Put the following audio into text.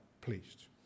pleased